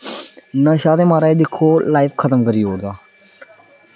नशा ते म्हाराज दिक्खो लाईफ खत्म करी ओड़दा ऐ